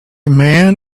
man